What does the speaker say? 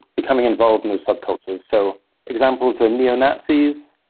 becoming involved in those subcultures. so examples are neo-nazis,